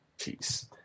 Peace